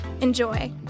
Enjoy